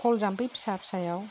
खल जाम्फै फिसा फिसायाव